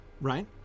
Right